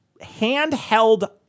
handheld